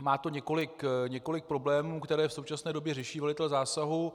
Má to několik problémů, které v současné době řeší velitel zásahu.